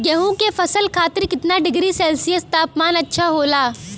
गेहूँ के फसल खातीर कितना डिग्री सेल्सीयस तापमान अच्छा होला?